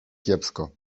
kiepsko